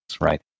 right